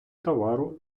товару